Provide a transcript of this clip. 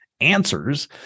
answers